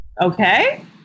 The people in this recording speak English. okay